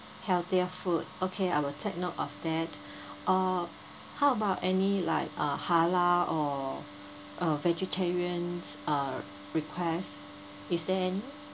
healthier food okay I will take note of that uh how about any like uh halal or uh vegetarian uh request is there any